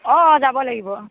অঁ যাব লাগিব